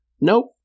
Nope